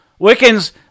Wiccans